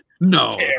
No